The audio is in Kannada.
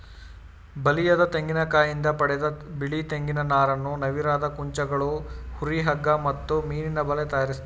ಬಲಿಯದ ತೆಂಗಿನಕಾಯಿಂದ ಪಡೆದ ಬಿಳಿ ತೆಂಗಿನ ನಾರನ್ನು ನವಿರಾದ ಕುಂಚಗಳು ಹುರಿ ಹಗ್ಗ ಮತ್ತು ಮೀನಿನಬಲೆ ತಯಾರಿಸ್ತರೆ